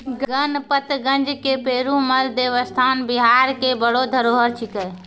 गणपतगंज के पेरूमल देवस्थान बिहार के बड़ो धरोहर छिकै